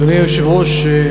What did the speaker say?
אדוני היושב-ראש,